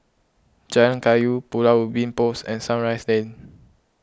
Jalan Kayu Pulau Ubin Police and Sunrise Lane